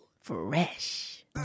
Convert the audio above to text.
Fresh